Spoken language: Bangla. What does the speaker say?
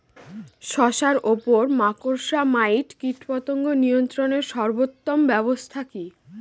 শশার উপর মাকড়সা মাইট কীটপতঙ্গ নিয়ন্ত্রণের সর্বোত্তম ব্যবস্থা কি?